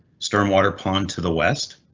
stormwater pond to the west.